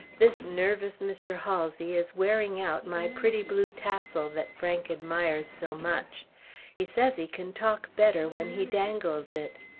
this nervous mr. halsey is wearing out my pretty blue tassel that frank admires so much he says he can talk better when he dangles it.